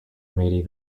matey